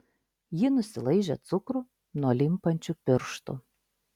ji nusilaižė cukrų nuo limpančių pirštų